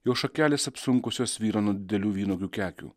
jo šakelės apsunkusios svyra nuo didelių vynuogių kekių